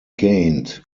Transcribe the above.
gained